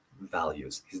values